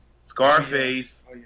Scarface